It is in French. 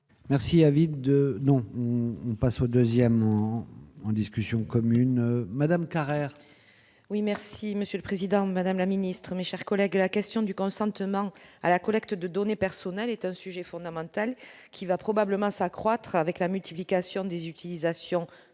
Merci avides de non on passe au 2ème rang en discussion commune Madame Carrère. Oui, merci Monsieur le Président, Madame la Ministre, mes chers collègues, la question du consentement à la collecte de données personnelles est un sujet fondamental qui va probablement s'accroître avec la multiplication des utilisations